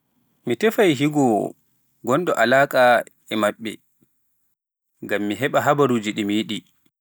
Mi tefay higoowo gonɗo alaaƙa e maɓɓe, ngam mi heɓa habaruuji ɗi mi yiɗi.